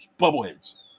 bubbleheads